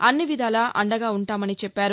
అన్ని విధాలా అండగా ఉంటామని చెప్పారు